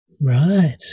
Right